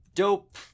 dope